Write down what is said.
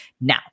Now